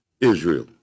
Israel